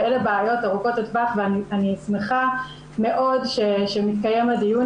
אלה הבעיות ארוכות הטווח ואני שמחה מאוד שמתקיים הדיון